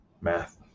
Math